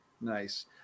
Nice